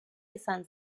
izan